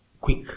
quick